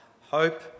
hope